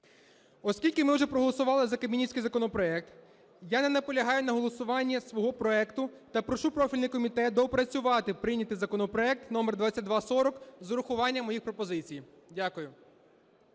Оскільки ми вже проголосували за кабмінівський законопроект, я не наполягаю на голосуванні свого проекту та прошу профільний комітет доопрацювати прийнятий законопроект № 2240 з урахуванням моїх пропозицій. Дякую.